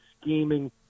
scheming